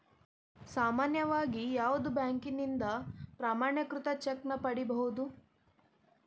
ಸಾಮಾನ್ಯವಾಗಿ ಯಾವುದ ಬ್ಯಾಂಕಿನಿಂದ ಪ್ರಮಾಣೇಕೃತ ಚೆಕ್ ನ ಪಡಿಬಹುದು